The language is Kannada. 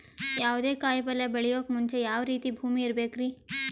ಯಾವುದೇ ಕಾಯಿ ಪಲ್ಯ ಬೆಳೆಯೋಕ್ ಮುಂಚೆ ಯಾವ ರೀತಿ ಭೂಮಿ ಇರಬೇಕ್ರಿ?